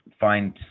find